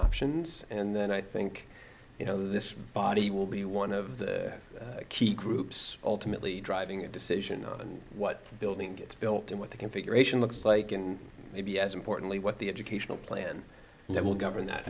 options and then i think you know this body will be one of the key groups ultimately driving a decision on what building gets built in what the configuration looks like and maybe as importantly what the educational plan that will govern that